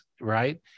Right